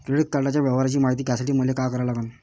Credit कार्डाच्या व्यवहाराची मायती घ्यासाठी मले का करा लागन?